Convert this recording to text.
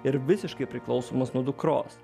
ir visiškai priklausomas nuo dukros